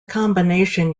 combination